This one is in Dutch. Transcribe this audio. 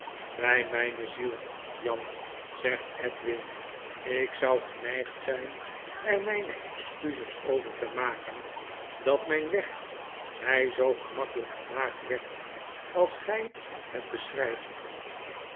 bg mijne zieh jan zegt edwin ik zou geneigd zgn er mgne excuses over te maken dat mgn weg my zoo gemakkelijk gemaakt werd als gg het beschrijft